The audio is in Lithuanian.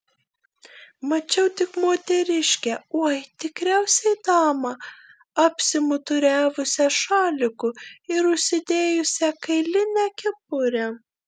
mačiau tik moteriškę oi tikriausiai damą apsimuturiavusią šaliku ir užsidėjusią kailinę kepurę